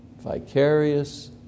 vicarious